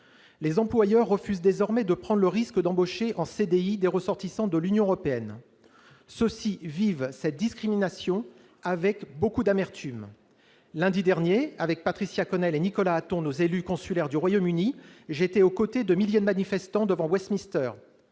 Les employeurs refusent désormais de prendre le risque d'embaucher en CDI des ressortissants de l'Union européenne. Ceux-ci vivent cette discrimination avec beaucoup d'amertume. Lundi dernier, avec Patricia Connell et Nicolas Hatton, nos élus consulaires du Royaume-Uni, j'étais aux côtés de milliers de manifestants devant Westminster